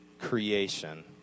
creation